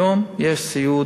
היום יש סיעוד,